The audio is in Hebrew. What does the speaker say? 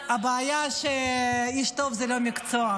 הבעיה היא שאיש טוב זה לא מקצוע.